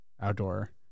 outdoor